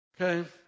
Okay